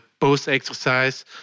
post-exercise